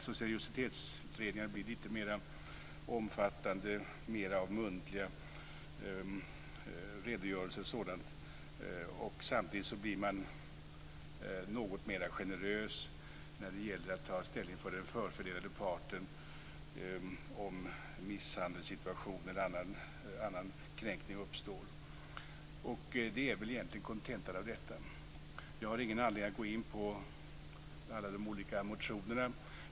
Seriositetsutredningarna blir lite mera omfattande med mera av muntliga redogörelser och sådant. Samtidigt blir man något mera generös när det gäller att ta ställning för den förfördelade parten, om misshandelssituation eller annan kränkning uppstår. Detta är kontentan. Jag har ingen anledning att gå in på alla de olika motionerna.